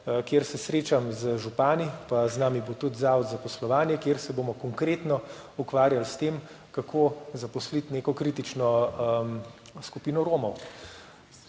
kjer se srečam z župani, z nami bo tudi Zavod za zaposlovanje, kjer se bomo konkretno ukvarjali s tem, kako zaposliti neko kritično skupino Romov.